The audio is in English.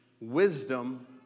wisdom